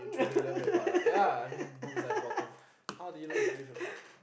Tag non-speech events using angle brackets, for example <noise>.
<laughs>